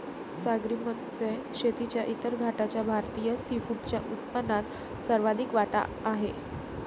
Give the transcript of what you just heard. सागरी मत्स्य शेतीच्या इतर गटाचा भारतीय सीफूडच्या उत्पन्नात सर्वाधिक वाटा आहे